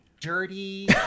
dirty